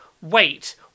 wait